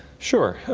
sure.